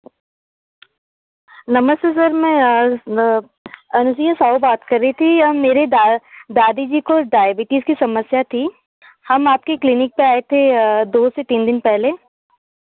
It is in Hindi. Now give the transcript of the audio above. नमस्ते सर मैं अंजलि साहू बात कर रही थी और मेरी दादी जी को डायबिटीज की समस्या थी हम आपकी क्लीनिक पर आए थे दो से तीन दिन पहले